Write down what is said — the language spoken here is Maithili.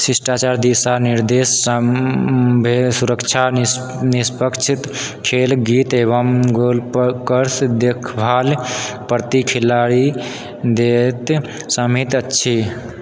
शिष्टाचार दिशा निर्देश सभमे सुरक्षा निष्पक्षता खेलक गति एवं गोल्फकोर्सके देखभालके प्रति खिलाड़ीके दायित्व समाहित अछि